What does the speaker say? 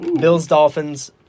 Bills-Dolphins